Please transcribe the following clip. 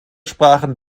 sprachen